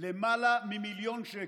למעלה ממיליון שקל,